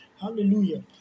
Hallelujah